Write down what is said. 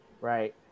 Right